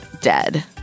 dead